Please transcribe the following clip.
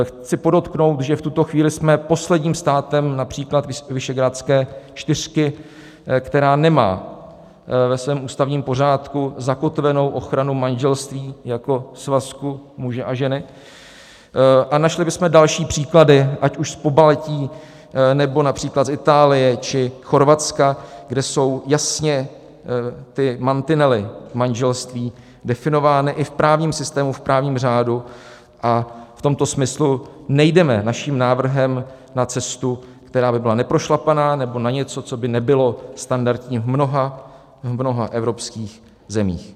Chci podotknout, že v tuto chvíli jsme posledním státem například Visegrádské čtyřky, který nemá ve svém ústavním pořádku zakotvenou ochranu manželství jako svazku muže a ženy, a našli bychom další příklady, ať už z Pobaltí, nebo například z Itálie či Chorvatska, kde jsou jasně mantinely manželství definovány i v právním systému, v právním řádu, a v tomto smyslu nejdeme svým návrhem na cestu, která by byla neprošlapaná, nebo na něco, co by nebylo standardní v mnoha evropských zemích.